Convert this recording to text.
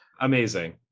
amazing